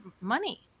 money